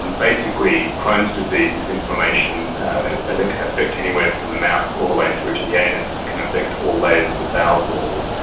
and basically crohn's disease is inflammation that can affect anywhere from the mouth all the way through to the anus and can affect all layers of the bowel wall,